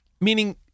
Meaning